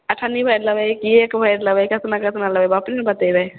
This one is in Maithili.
अठन्नी भरि लेबै कि एक भरि लबै केतना केतना लबै अपने ने बतेबै